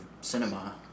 cinema